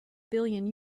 billion